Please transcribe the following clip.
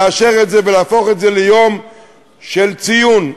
לאשר את זה ולהפוך את זה ליום של ציון,